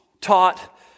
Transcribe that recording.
taught